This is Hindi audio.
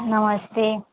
नमस्ते